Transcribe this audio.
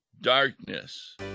darkness